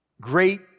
great